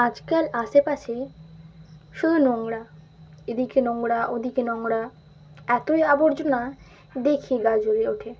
আজকাল আশেপাশে শুধু নোংরা এদিকে নোংরা ওদিকে নোংরা এতই আবর্জনা দেখি গা জ্বলে ওঠে